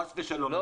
חס ושלום.